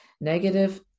Negative